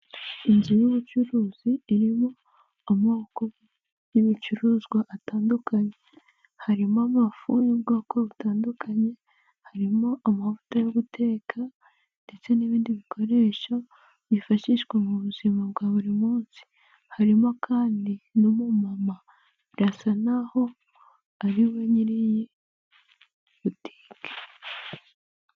Inzu y'ubucuruzi irimo amoko y'ibicuruzwa atandukanye, harimo amafu y'ubwoko butandukanye, harimo amavuta yo guteka ndetse n'ibindi bikoresho byifashishwa mu buzima bwa buri munsi, harimo kandi n'umumama birasa naho ariwe nyiri iyi butike.